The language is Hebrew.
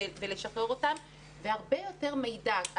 הרבה יותר מידע.